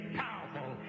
powerful